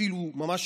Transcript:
אפילו ממש,